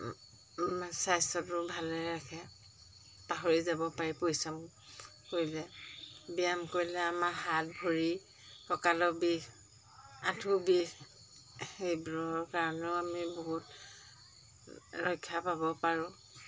স্বাস্থ্যটো ভালে ৰাখে পাহৰি যাব পাৰি পৰিশ্ৰম কৰিলে ব্যায়াম কৰিলে আমাৰ হাত ভৰি কঁকালৰ বিষ আঁঠুৰ বিষ সেইবোৰৰ কাৰণেও আমি বহুত ৰক্ষা পাব পাৰোঁ